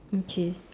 okay